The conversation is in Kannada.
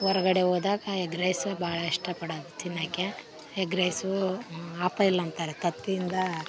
ಹೊರಗಡೆ ಹೋದಾಗ ಎಗ್ ರೈಸ ಭಾಳ ಇಷ್ಟ ಪಡೋದು ತಿನ್ನೋಕ್ಕೆ ಎಗ್ ರೈಸು ಆಪ್ ಬೈಲ್ ಅಂತಾರೆ ತತ್ತಿಯಿಂದ